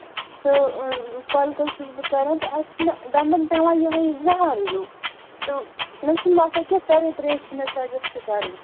تہٕ کۄلکَس چھَس بہٕ کران تہٕ اَتھ چھُ مےٚ دَنٛدَن پٮ۪وان یِہَے زَہر ہِیٛٮوٗ تہٕ مےٚ چھُنہٕ باسان کیٚنٛہہ تٔرٕنۍ ترٛیش چھِ مےٚ سَجیسٹ کَرٕنۍ